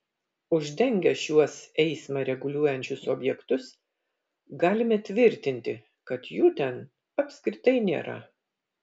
uždengę šiuos eismą reguliuojančius objektus galime tvirtinti kad jų ten apskritai nėra